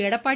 Edappadi